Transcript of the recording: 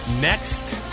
next